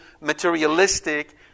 materialistic